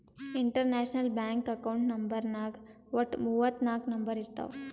international bank account ನಂಬರ್ನಾಗ್ ವಟ್ಟ ಮೂವತ್ ನಾಕ್ ನಂಬರ್ ಇರ್ತಾವ್